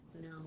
no